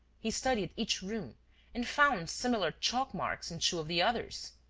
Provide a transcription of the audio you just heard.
he studied each room and found similar chalk-marks in two of the others.